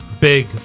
big